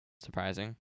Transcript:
surprising